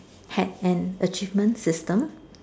had an achievement system